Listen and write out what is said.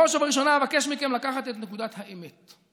בראש ובראשונה אבקש מכם לקחת את נקודת האמת,